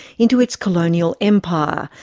into its colonial empire,